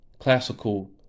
classical